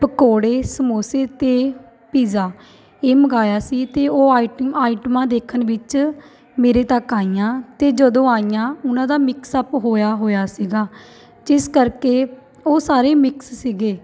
ਪਕੌੜੇ ਸਮੋਸੇ ਅਤੇ ਪੀਜ਼ਾ ਇਹ ਮੰਗਾਇਆ ਸੀ ਅਤੇ ਉਹ ਆਈ ਆਈਟਮਾਂ ਦੇਖਣ ਵਿੱਚ ਮੇਰੇ ਤੱਕ ਆਈਆਂ ਅਤੇ ਜਦੋਂ ਆਈਆਂ ਉਹਨਾਂ ਦਾ ਮਿਕਸ ਅੱਪ ਹੋਇਆ ਹੋਇਆ ਸੀਗਾ ਜਿਸ ਕਰਕੇ ਉਹ ਸਾਰੇ ਮਿਕਸ ਸੀਗੇ